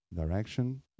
direction